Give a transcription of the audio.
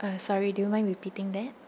uh sorry do you mind repeating that